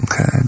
Okay